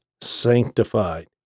sanctified